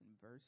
Verse